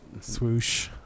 Swoosh